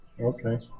okay